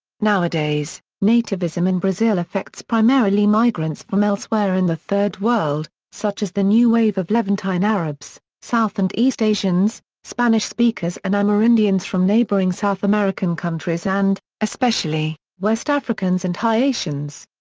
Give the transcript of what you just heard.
nowadays, nativism in brazil affects primarily migrants from elsewhere in the third world, such as the new wave of levantine arabs, south and east asians, spanish-speakers and amerindians from neighboring south american countries and, especially, west africans and haitians.